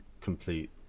complete